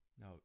Now